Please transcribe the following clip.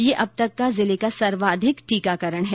यह अब तक का जिले का सर्वाधिक टीकाकरण है